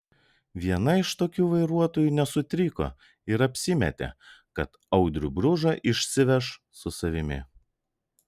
viena iš tokių vairuotojų nesutriko ir apsimetė kad audrių bružą išsiveš su savimi